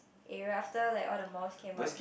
area after like all the malls came up